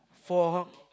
for how